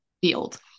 field